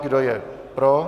Kdo je pro?